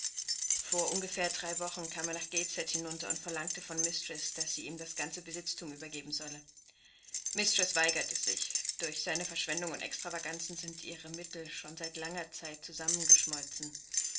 vor ungefähr drei wochen kam er nach gateshead hinunter und verlangte von mistreß daß sie ihm das ganze besitztum übergeben solle mistreß weigerte sich durch seine verschwendung und extravaganzen sind ihre mittel schon seit langer zeit zusammengeschmolzen